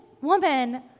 woman